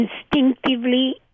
instinctively